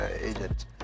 agent